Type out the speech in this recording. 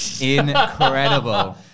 Incredible